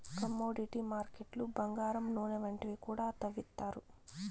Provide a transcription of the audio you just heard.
commodity మార్కెట్లు బంగారం నూనె వంటివి కూడా తవ్విత్తారు